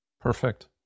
Perfect